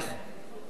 עמיר פרץ,